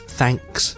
thanks